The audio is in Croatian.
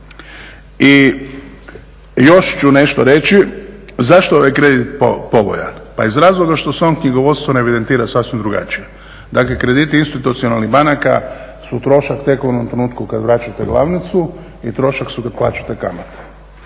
I još ću nešto reći, zašto je ovaj kredit povoljan? Pa iz razloga što se on u knjigovodstvu ne evidentira sasvim drugačije. Dakle krediti institucionalnih banaka su trošak tek u onom trenutku kada vraćate glavnicu i trošak su kada plaćate kamate.